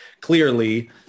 clearly